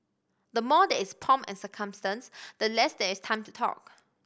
the more there is pomp and circumstance the less there is time to talk